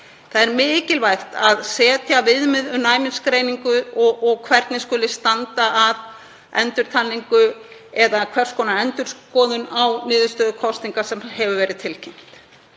Það er mikilvægt að setja viðmið um næmisgreiningu og hvernig skuli standa að endurtalningu eða hvers konar endurskoðun á niðurstöðu kosninga sem hefur verið tilkynnt.